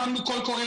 הקמנו קול קורא.